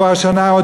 כבר שנה.